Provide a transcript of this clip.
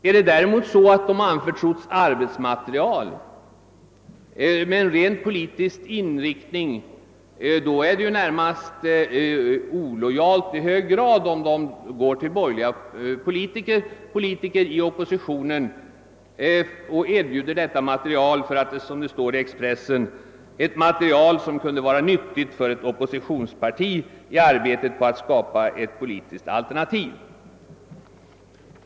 Har de däremot anförtrotts arbetsmaterial med rent politisk inriktning är det i hög grad illojalt om de går till borgerliga politiker, politiker i oppositionen, och erbjuder detta material vilket, som det står i Expressen, »kunde vara nyttigt för ett oppositionsparti i arbetet på att skapa ett politiskt alternativ».